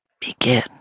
begin